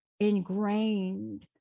ingrained